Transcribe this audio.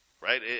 Right